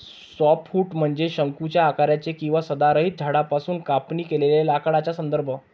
softwood म्हणजे शंकूच्या आकाराचे किंवा सदाहरित झाडांपासून कापणी केलेल्या लाकडाचा संदर्भ